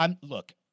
Look